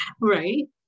Right